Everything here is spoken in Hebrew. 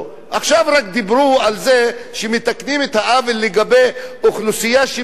רק עכשיו דיברו על זה שמתקנים את העוול לגבי אוכלוסייה שמשרתת